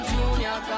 Junior